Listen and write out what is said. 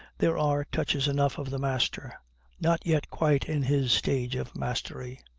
there are touches enough of the master not yet quite in his stage of mastery.